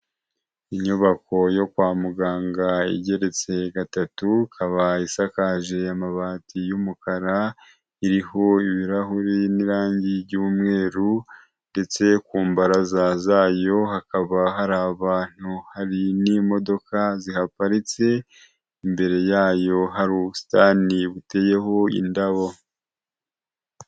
Inyubako yo kwa muganga igeretse gatatu, ikaba isakaje amabati y'umukara, iriho ibirahuri n'irangi ry'umweru ndetse ku mbaraza zayo hakaba hari abantu, hari n'imodoka zihaparitse, imbere yayo hari ubusitani buteyeho indabo.